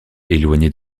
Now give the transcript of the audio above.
éloignés